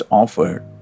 offered